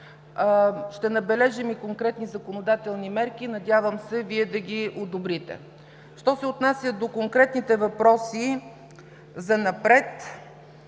Ще набележим и конкретни законодателни мерки, надявам се Вие да ги одобрите. Що се отнася до конкретните въпроси: занапред